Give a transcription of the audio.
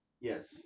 Yes